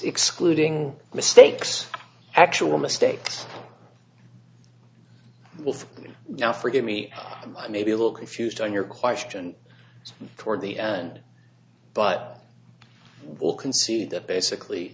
excluding mistakes actual mistakes with now forgive me i may be a little confused on your question toward the end but i will concede that basically